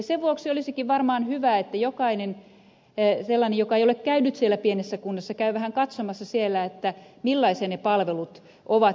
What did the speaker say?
sen vuoksi olisikin varmaan hyvä että jokainen sellainen joka ei ole käynyt pienessä kunnassa käy vähän katsomassa siellä millaisia ne palvelut ovat